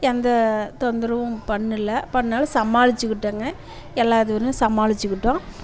எந்த தொந்தரவும் பண்ணல பண்ணாலும் சமாளிச்சிகிட்டோங்க எல்லா இதுவும் சமாளிச்சிகிட்டோம்